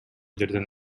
жерден